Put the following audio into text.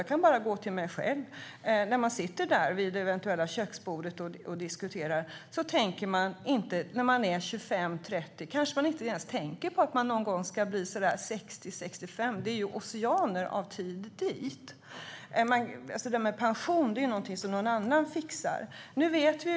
Jag kan bara gå till mig själv och tänka på hur det är när man sitter vid det eventuella köksbordet och diskuterar. När man är 25-30 år kanske man inte ens tänker på att man någon gång ska bli så där en 60-65 år. Det är oceaner av tid dit, och det där med pension är någonting som någon annan fixar, tänker man.